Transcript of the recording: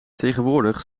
tegenwoordig